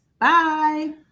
bye